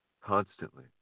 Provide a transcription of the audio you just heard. constantly